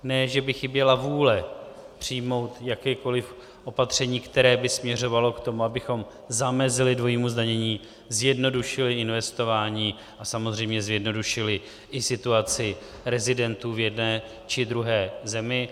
Ne že by chyběla vůle přijmout jakékoliv opatření, které by směřovalo k tomu, abychom zamezili dvojímu zdanění, zjednodušili investování a samozřejmě zjednodušili i situaci rezidentů v jedné či druhé zemi.